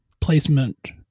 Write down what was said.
placement